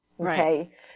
Okay